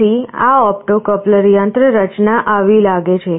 તેથી આ optocoupler યંત્રરચના આવી લાગે છે